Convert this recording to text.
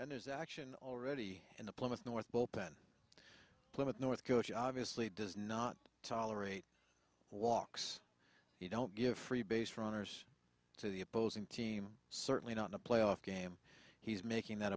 and there's action already in the plymouth north bullpen plymouth north coach obviously does not tolerate walks he don't give free baserunners to the opposing team certainly not in a playoff game he's making that